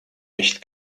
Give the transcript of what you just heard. nicht